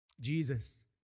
Jesus